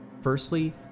Firstly